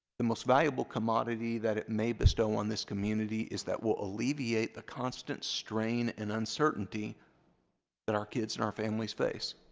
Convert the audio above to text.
the most valuable commodity that it may bestow on this community is that will alleviate the constant strain and uncertainty that our kids and our families face.